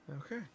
okay